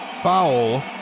Foul